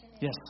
Yes